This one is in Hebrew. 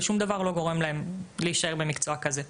ושום דבר לא גורם להם להישאר במקצוע כזה.